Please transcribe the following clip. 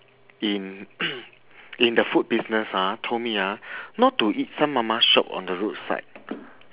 in in the food business ah told me ah not to eat some mama shop on the roadside